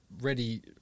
ready